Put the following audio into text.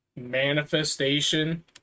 Manifestation